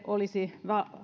olisi